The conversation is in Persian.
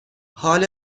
حال